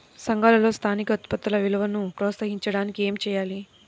సంఘాలలో స్థానిక ఉత్పత్తుల విలువను ప్రోత్సహించడానికి ఏమి చేయాలి?